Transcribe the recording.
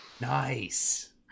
Nice